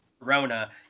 corona